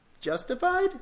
Justified